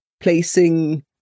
placing